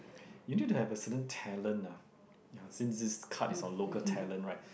you need to have to have a certain talent lah ya since this car is a local talent right